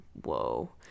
whoa